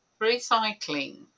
Recycling